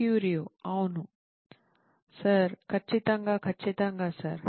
క్యూరియో అవును సార్ ఖచ్చితంగా ఖచ్చితంగా సార్